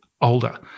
older